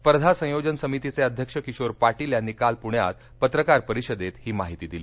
स्पर्धा संयोजन समितीचे अध्यक्ष किशोर पाटील यांनी काल पृण्यात पत्रकार परिषदेत ही माहिती दिली